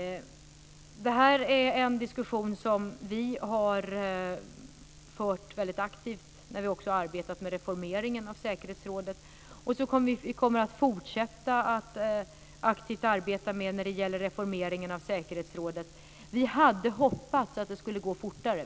Det här är en diskussion som vi har fört aktivt när vi har arbetat med reformeringen av säkerhetsrådet. Vi kommer att fortsätta att aktivt arbeta med frågan om reformeringen av säkerhetsrådet. Vi hade hoppats att det skulle gå fortare.